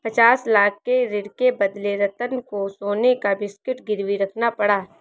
पचास लाख के ऋण के बदले रतन को सोने का बिस्कुट गिरवी रखना पड़ा